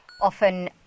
often